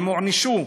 הם הוענשו.